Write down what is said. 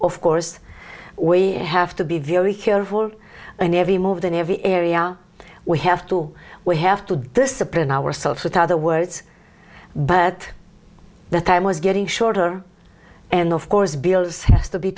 of course we have to be very careful in every move than every area we have to we have to discipline ourselves with other words but the time was getting shorter and of course bills has to be